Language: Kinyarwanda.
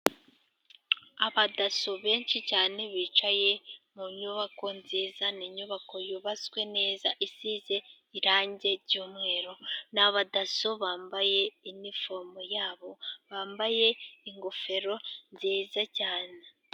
Abadaso benshi cyane bicaye mu nyubako nziza, ni inyubako yubatswe neza isize irange ry'umweru. Ni abadaso bambaye inifomo yabo, bambaye ingofero nziza cyane.